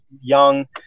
young